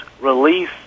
release